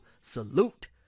salute